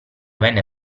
venne